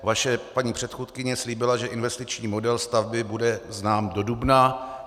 Vaše paní předchůdkyně slíbila, že investiční model stavby bude znám do dubna.